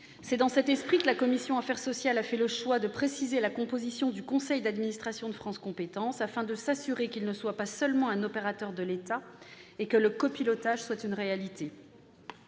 C'est dans cet esprit que la commission des affaires sociales a fait le choix de préciser la composition du conseil d'administration de France compétences, afin de s'assurer qu'il ne soit pas seulement un opérateur de l'État et que le copilotage soit une réalité.